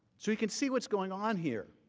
so you can see what is going on here.